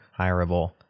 hireable